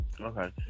Okay